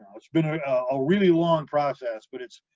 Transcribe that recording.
it's been a, a really long process, but it's,